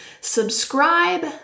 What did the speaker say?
subscribe